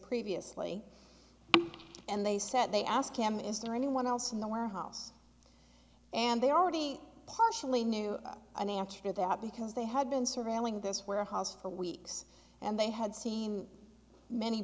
previously and they said they asked him is there anyone else in the warehouse and they already partially knew an answer to that because they had been surveilling this warehouse for weeks and they had seen many